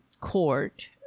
court